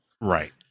Right